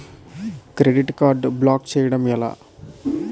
Credit card block చేయడం ఎలా?